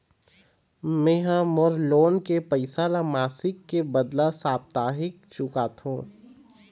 में ह मोर लोन के पैसा ला मासिक के बदला साप्ताहिक चुकाथों